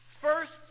First